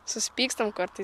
susipykstam kartais